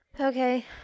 Okay